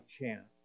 chance